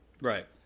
Right